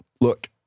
look